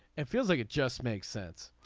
it feels like it just makes sense.